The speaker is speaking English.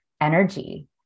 energy